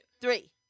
Three